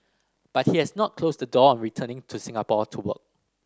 but he has not closed the door on returning to Singapore to work